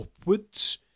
upwards